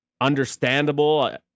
understandable